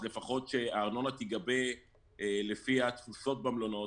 אז לפחות שהארנונה תיגבה לפי התפוסות במלונות,